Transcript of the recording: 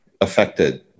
affected